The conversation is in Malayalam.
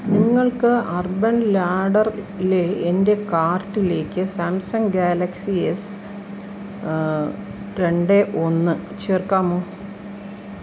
നിങ്ങൾക്ക് അർബൻ ലാഡറിലെ എൻ്റെ കാർട്ടിലേക്ക് സാംസങ് ഗാലക്സി എസ് രണ്ട് ഒന്ന് ചേർക്കാമോ